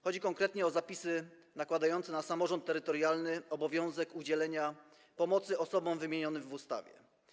Chodzi konkretnie o zapisy nakładające na samorząd terytorialny obowiązek udzielenia pomocy osobom wymienionym w ustawie.